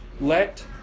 let